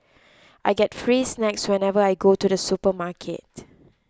I get free snacks whenever I go to the supermarket